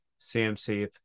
CMC